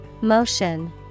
Motion